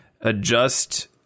adjust